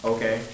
Okay